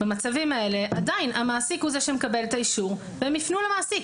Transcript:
במצבים האלה עדיין המעסיק הוא זה שמקבל את האישור והם יפנו למעסיק.